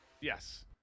yes